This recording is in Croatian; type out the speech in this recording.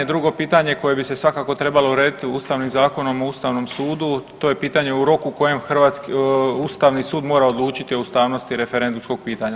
Drugo pitanje koje bi se svakako trebalo urediti Ustavnim zakonom o ustavnom sudu to je pitanje u roku kojem ustavni sud mora odlučiti o ustavnosti referendumskog pitanja.